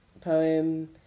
poem